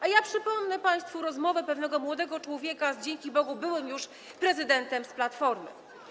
A ja przypomnę państwu rozmowę pewnego młodego człowieka z, dzięki Bogu, byłym już prezydentem z Platformy.